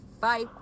Bye